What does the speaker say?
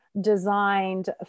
designed